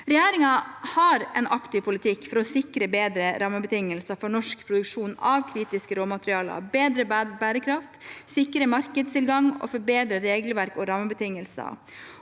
Regjeringen har en aktiv politikk for å sikre bedre rammebetingelser for norsk produksjon av kritiske råmaterialer, sikre bedre bærekraft, sikre markedstilgang og forbedre regelverk og rammebetingelser.